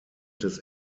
des